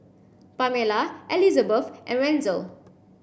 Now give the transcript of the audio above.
Pamella Elisabeth and Wenzel